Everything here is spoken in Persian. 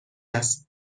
است